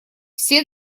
все